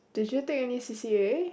did you take any C_C_A